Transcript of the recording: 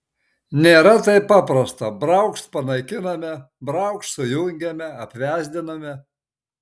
nėra taip paprasta braukšt panaikiname braukšt sujungiame apvesdiname